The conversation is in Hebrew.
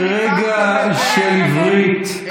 של רגע של עברית,